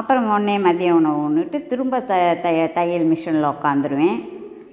அப்புறம் உடனே மதியானம் உணவு உன்னுட்டு திரும்ப தையல் மிஷினில் உட்காந்துருவேன்